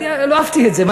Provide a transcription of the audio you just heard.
לא אהבתי את זה.